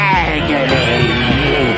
agony